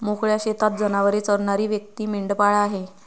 मोकळ्या शेतात जनावरे चरणारी व्यक्ती मेंढपाळ आहे